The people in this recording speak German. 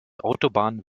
autobahn